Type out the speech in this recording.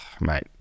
mate